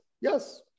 Yes